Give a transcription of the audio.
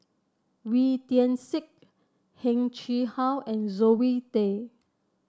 Wee Tian Siak Heng Chee How and Zoe Tay